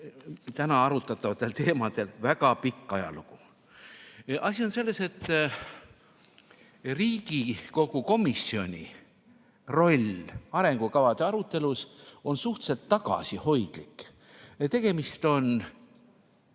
täna arutatavatel teemadel väga pikk ajalugu. Asi on selles, et Riigikogu komisjoni roll arengukavade arutelus on suhteliselt tagasihoidlik. Tegemist on